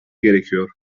gerekiyor